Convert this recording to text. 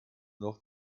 noch